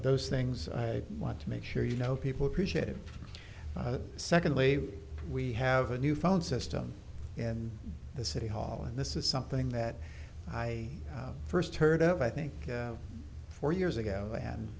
those things i want to make sure you know people appreciate it secondly we have a new found system in the city hall and this is something that i first heard of i think four years ago